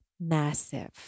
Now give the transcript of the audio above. massive